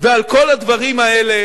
ועל כל הדברים האלה